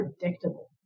predictable